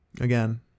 Again